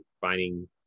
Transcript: finding